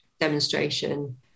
demonstration